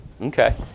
Okay